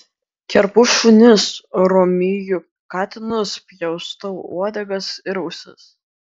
kerpu šunis romiju katinus pjaustau uodegas ir ausis